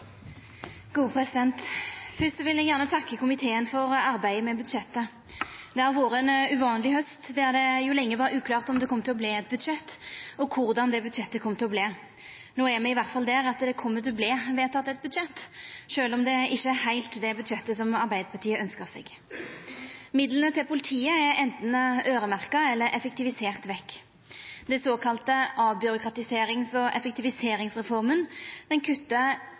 vil eg gjerne takka komiteen for arbeidet med budsjettet. Det har vore ein uvanleg haust, der det lenge var uklart om det ville verta eit budsjett, og korleis budsjettet ville verta. No er me i alle fall der at det kjem til å verta vedteke eit budsjett, sjølv om det ikkje er heilt det budsjettet som Arbeidarpartiet ønskte seg. Midlane til politiet er enten øyremerkte eller effektiviserte vekk. Den såkalla avbyråkratiserings- og effektiviseringsreforma kuttar